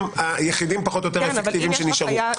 היחידים פחות או יותר האפקטיביים שנשארו.